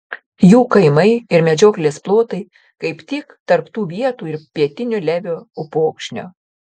jų kaimai ir medžioklės plotai kaip tik tarp tų vietų ir pietinio levio upokšnio